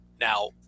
Now